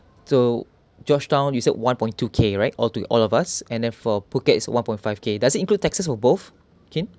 so georgetown you said one point two K right all to all of us and then for phuket is one point five K does it include taxes for both Kim